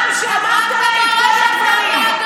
אדוני ראש הממשלה,